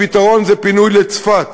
הפתרון זה פינוי לצפת,